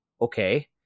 Okay